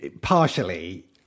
Partially